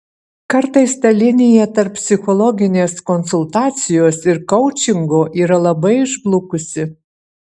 kartais ta linija tarp psichologinės konsultacijos ir koučingo yra labai išblukusi